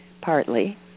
partly